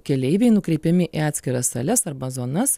keleiviai nukreipiami į atskiras sales arba zonas